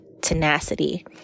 tenacity